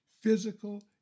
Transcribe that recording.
physical